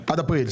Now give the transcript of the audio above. אפריל,